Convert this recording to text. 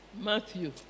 Matthew